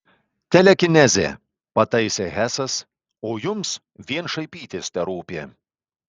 telekinezė pataisė hesas o jums vien šaipytis terūpi